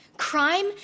Crime